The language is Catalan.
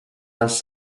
les